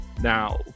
Now